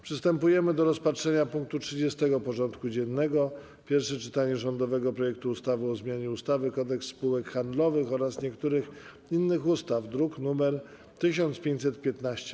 Przystępujemy do rozpatrzenia punktu 30. porządku dziennego: Pierwsze czytanie rządowego projektu ustawy o zmianie ustawy - Kodeks spółek handlowych oraz niektórych innych ustaw (druk nr 1515)